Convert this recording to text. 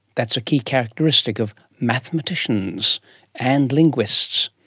that's a key characteristic of mathematicians and linguists.